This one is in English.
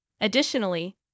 Additionally